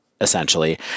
essentially